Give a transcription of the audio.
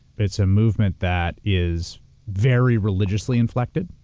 it's a movement that is very religiously inflected,